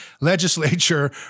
legislature